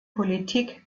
politik